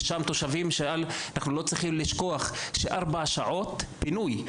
אנחנו לא צריכים לשכוח, שזה ארבע שעות פינוי.